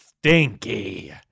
stinky